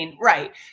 Right